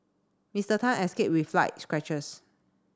Mister Tan escaped with light scratches